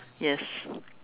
yes